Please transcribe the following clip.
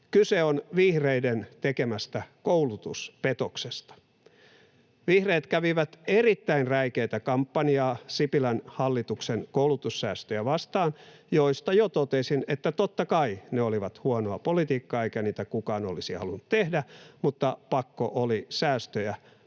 Kyse on vihreiden tekemästä koulutuspetoksesta. Vihreät kävivät erittäin räikeätä kampanjaa Sipilän hallituksen koulutussäästöjä vastaan, joista jo totesin, että totta kai ne olivat huonoa politiikkaa eikä niitä kukaan olisi halunnut tehdä, mutta pakko oli säästöjä päättää